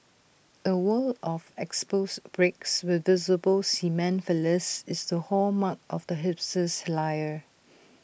A wall of exposed bricks with visible cement fillers is the hallmark of the hipster's lair